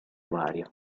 varia